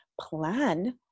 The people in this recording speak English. plan